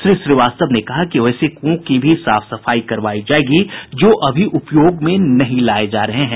श्री श्रीवास्तव ने कहा कि वैसे क्ओं की भी साफ सफाई करवाई जायेगी जो अभी उपयोग में नहीं लाये जा रहे हैं